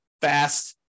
fast